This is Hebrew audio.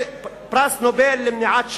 פרס נובל למניעת שלום,